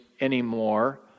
anymore